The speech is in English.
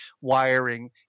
wiring